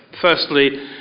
firstly